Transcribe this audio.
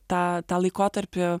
tą tą laikotarpį